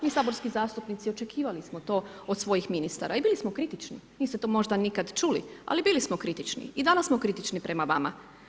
Mi saborski zastupnici očekivali smo to od svojih ministara i bili smo kritični, niste to možda nikada čuli, ali biti smo kritični i danas smo kritični prema vama.